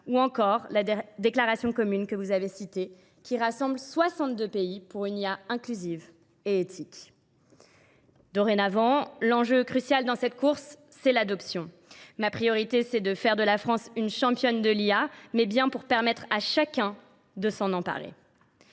ou encore la déclaration commune que vous avez citée qui rassemble 62 pays pour une IA inclusive et éthique. Dorénavant, l'enjeu crucial dans cette course, c'est l'adoption. Ma priorité, c'est de faire de la France une championne de l'IA, mais bien pour permettre à chacun de s'en en parler.